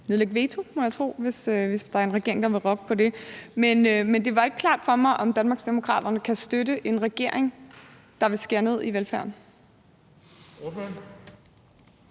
nedlægge veto mod det, hvis der er en regering, der vil rokke ved det. Men det blev ikke klart for mig, om Danmarksdemokraterne kan støtte en regering, der vil skære ned på velfærden.